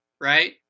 Right